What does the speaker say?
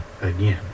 again